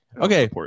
Okay